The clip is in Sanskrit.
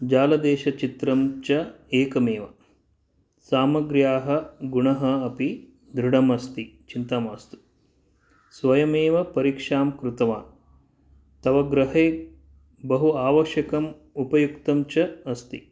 जालदेशचित्रं च एकमेव सामग्र्याः गुणः अपि दृढमस्ति चिन्ता मास्तु स्वयमेव परीक्षां कृतवान् तव गृहे बहु आवश्यकम् उपयुक्तं च अस्ति